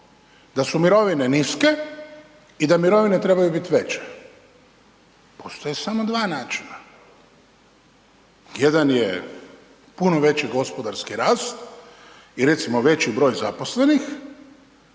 da su mirovine niske i da mirovne trebaju biti veće, postoje samo dva načina, jedan je puno veći gospodarski rast i recimo veći broj zaposlenih,